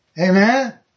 Amen